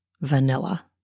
vanilla